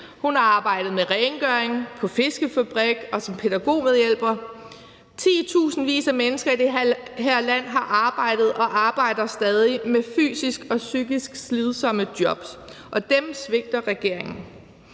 Hun har arbejdet med rengøring, på fiskefabrik og som pædagogmedhjælper. Titusindvis af mennesker i det her land har arbejdet og arbejder stadig i fysisk og psykisk slidsomme jobs, og dem svigter regeringen.